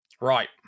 Right